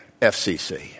FCC